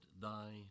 thy